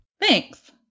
Thanks